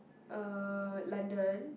uh London